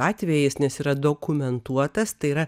atvejis nes yra dokumentuotas tai yra